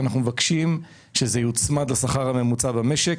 אנחנו מבקשים שזה יוצמד לשכר הממוצע במשק.